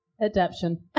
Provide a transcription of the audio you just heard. Adaption